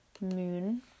moon